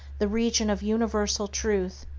the region of universal truth,